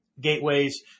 gateways